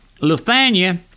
Lithuania